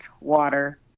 water